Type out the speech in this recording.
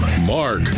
Mark